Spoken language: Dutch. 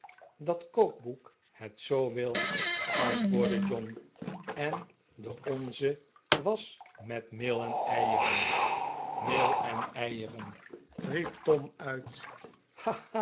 dat kookboek het zoo wil r antwoordde john en de onze was van meel en eieren meel en eieren i riep tom uit